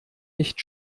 nicht